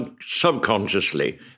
subconsciously